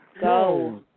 Go